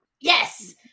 yes